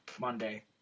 Monday